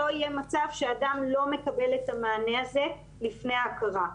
לא יהיה מצב שאדם לא מקבל את המענה הזה לפני ההכרה.